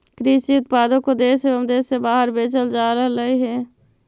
कृषि उत्पादों को देश एवं देश से बाहर बेचल जा रहलइ हे